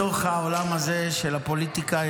בתוך העולם הזה של הפוליטיקה,